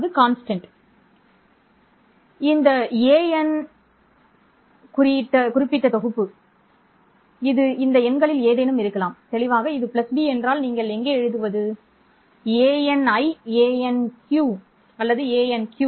இது isn இந்த குறிப்பிட்ட தொகுப்பு இது இந்த எண்களில் ஏதேனும் இருக்கலாம் தெளிவாக இது b என்றால் நீங்கள் இங்கே எழுதுவது anI anQ